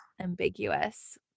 ambiguous